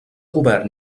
govern